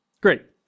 Great